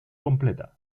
completa